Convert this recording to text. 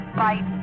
fight